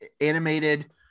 animated